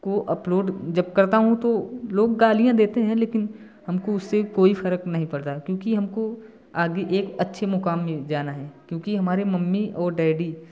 को अपलोड जब करता हूँ तो लोग गालियां देते हैं लेकिन हमको उससे कोई फर्क नहीं पड़ता है क्योंकि हमको आगे एक अच्छे मुकाम में जाना है क्योंकि हमारे मम्मी और डैडी